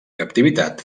captivitat